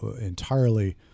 entirely